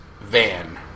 van